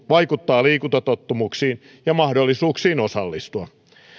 vaikuttaa liikuntatottumuksiin ja mahdollisuuksiin osallistua